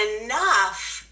enough